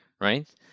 right